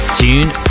tune